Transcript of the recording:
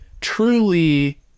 truly